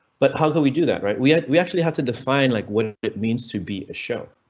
but how can we do that right? we yeah we actually have to define like what it means to be a show.